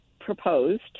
proposed